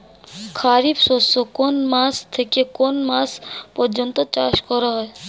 খারিফ শস্য কোন মাস থেকে কোন মাস পর্যন্ত চাষ করা হয়?